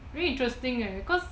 pretty interesting eh because